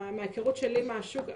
כי מההיכרות שלי עם השוק,